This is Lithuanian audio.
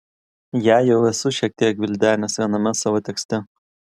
ją jau esu šiek tiek gvildenęs viename savo tekste